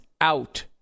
out